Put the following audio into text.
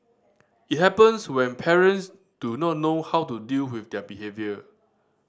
it happens when parents do not know how to deal with their behaviour